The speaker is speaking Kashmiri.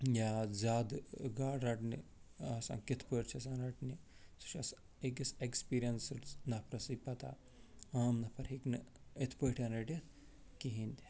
یا زیادٕ گاڈٕ رٹنہٕ آسان کِتھٕ پٲٹھۍ چھِ آسان رٹنہِ سُہ چھُ آسان أکِس ایکٕسپیٖرینسٕڈ نفرسٕے پتاہ عام نفر ہیٚکہِ نہٕ یِتھٕ پٲٹھٮ۪ن رٔٹِتھ کِہیٖنٛۍ تہِ